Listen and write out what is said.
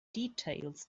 details